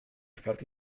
felt